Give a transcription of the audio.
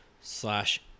Slash